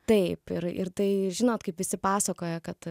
taip ir ir tai žinot kaip visi pasakoja kad